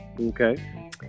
Okay